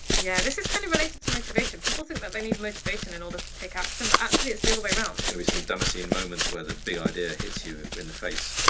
yeah, this is kind of related to motivation. people think that they need motivation in order to take action. but actually it's the other way around. there's gonna be some damassine moment where the big idea hits you in the face.